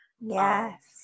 Yes